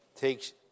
takes